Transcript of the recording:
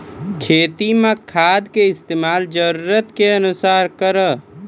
खेती मे खाद के इस्तेमाल जरूरत के अनुसार करऽ